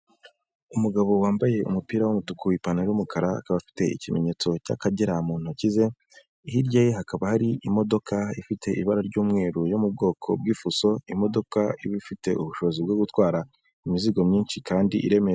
Umugabo wambaye umupira w'umutuku, ipantaro y'umukara akaba afite ikimenyetso cy'akagera mu ntoki ze, hirya ye hakaba hari imodoka ifite ibara ry'umweru yo mu bwoko bw'ifuso imodoka iba iba ifite ubushobozi bwo gutwara imizigo myinshi kandi iremereye.